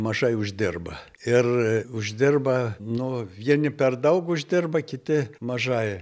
mažai uždirba ir uždirba nu vieni per daug uždirba kiti mažai